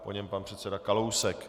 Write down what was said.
Po něm pan předseda Kalousek.